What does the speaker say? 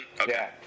Okay